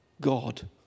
God